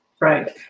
Right